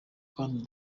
kandi